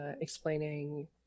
explaining